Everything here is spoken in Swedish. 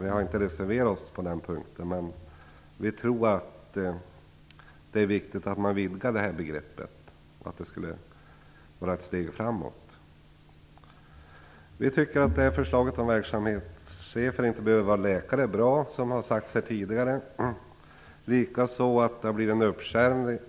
Vi har inte reserverat oss på den punkten, men vi tror att det skulle vara ett steg framåt att vidga detta begrepp. Vi tycker, som har sagts här tidigare, att förslaget om att verksamhetschefer inte behöver vara läkare liksom förslaget om